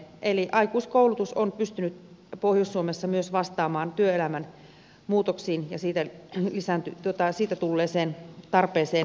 eli myös aikuiskoulutus on pystynyt pohjois suomessa vastaamaan työelämän muutoksiin ja siitä isän tyttö tai siitä niistä tulleeseen tarpeeseen kouluttautua